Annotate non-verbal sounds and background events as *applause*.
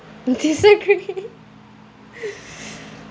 okay so creepy *laughs*